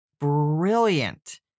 brilliant